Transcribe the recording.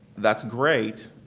that's great.